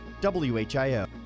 WHIO